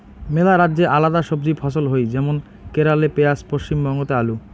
মেলা রাজ্যে আলাদা সবজি ফছল হই যেমন কেরালে পেঁয়াজ, পশ্চিমবঙ্গতে আলু